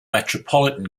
metropolitan